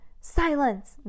silence